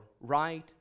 right